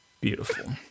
Beautiful